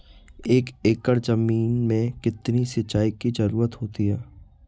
एक एकड़ ज़मीन में कितनी सिंचाई की ज़रुरत होती है?